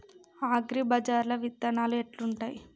అగ్రిబజార్ల విత్తనాలు ఎట్లుంటయ్?